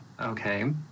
Okay